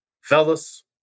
fellas